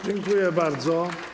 Dziękuję bardzo.